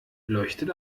leuchtet